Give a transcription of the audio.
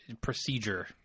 procedure